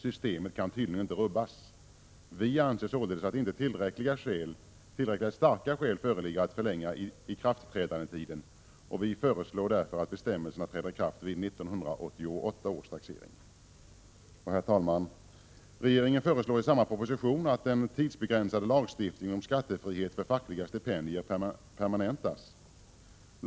Systemet kan tydligen inte rubbas. Vi anser således att tillräckligt starka skäl inte föreligger att förlänga ikraftträdandetiden. Vi föreslår därför att bestämmelserna träder i kraft vid 1988 års taxering. Herr talman! Regeringen föreslår i samma proposition att den tidsbegränsade lagstiftningen om skattefrihet för fackliga stipendier permanentas.